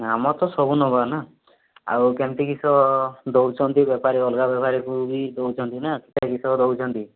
ଆମର ତ ସବୁ ନବାନା ଆଉ କେମତି କିସ ଦେଉଛନ୍ତି ବେପାରୀକୁ ଅଲଗା ବେପାରୀକୁ ବି ଦେଉଛନ୍ତି ନା କିସ ଦେଉଛନ୍ତି